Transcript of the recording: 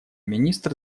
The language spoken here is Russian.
министр